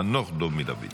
חנוך דב מלביצקי.